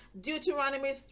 Deuteronomy